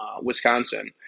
wisconsin